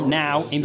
now